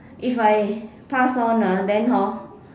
if I pass on ah then hor